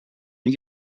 new